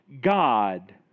God